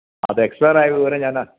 അത് എക്സ്പേറായ വിവരം ഞാൻ